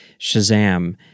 Shazam